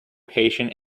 patient